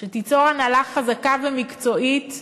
שתיצור הנהלה חזקה ומקצועית,